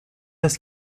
das